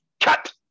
Cut